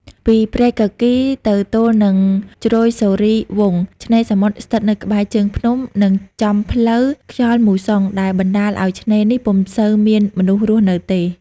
ពីព្រែកគគីរទៅទល់នឹងជ្រោយសូរីយ៍វង្ស ឆ្នេរសមុទ្រស្ថិតនៅក្បែរ ជើងភ្នំ និងចំផ្លូវខ្យល់មូសុង ដែលបណ្តាលអោយឆ្នេរនេះពុំសូវមាន មនុស្សរស់នៅទេ ។